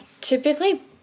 typically